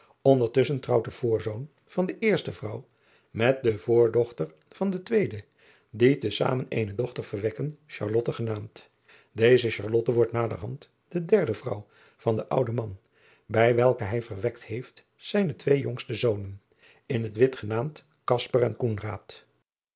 ndertusschen trouwt de voorzoon van de eerste vrouw met de voordochter van de tweede die te zamen eene dochter verwekken genaamd eze wordt naderhand de derde vrouw van den ouden man bij welke hij verwekt heeft zijne twee jongste zonen n het wit genaamd en